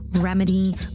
Remedy